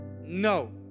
no